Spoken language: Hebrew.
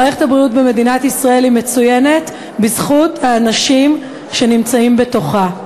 מערכת הבריאות במדינת ישראל היא מצוינת בזכות האנשים שנמצאים בתוכה.